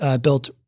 built